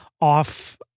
off